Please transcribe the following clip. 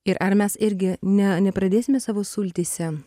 ir ar mes irgi ne nepradėsime savo sultyse